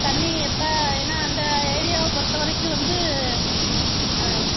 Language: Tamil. தண்ணி எப்போ ஏன்னால் அந்த ஏரியாவை பொறுத்த வரைக்கும் வந்து